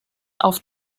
auf